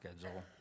schedule